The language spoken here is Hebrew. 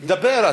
דבר.